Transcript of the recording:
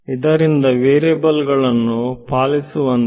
ಇದರಿಂದ ವೇರಿಯಬಲ್ ಗಳನ್ನು ಪಾಲಿಸುವಂತೆ